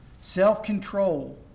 self-control